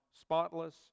spotless